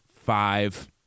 five